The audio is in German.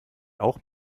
auch